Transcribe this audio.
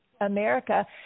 America